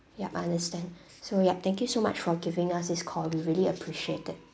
yup I understand so yup thank you so much for giving us this call we really appreciate it